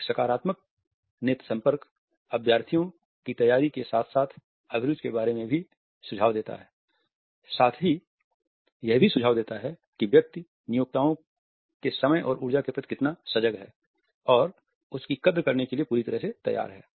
एक सकारात्मक नेत्र संपर्क अभ्यर्थी की तैयारियों के साथ साथ अभिरुचि के बारे में भी सुझाव देता है साथ ही यह भी सुझाव देता है कि व्यक्ति नियोक्ताओं के समय और ऊर्जा के प्रति कितना सजग है और उसकी क़द्र करने के लिए पूरी तरह से तैयार है